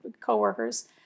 co-workers